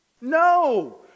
no